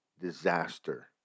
disaster